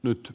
nyt